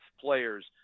players